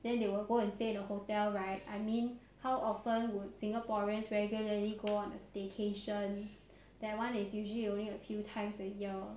then they will go and stay at the hotel right I mean how often would singaporeans regularly go on a staycation that [one] is usually only a few times a year